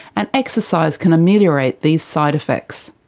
and exercise can ameliorate these side effects.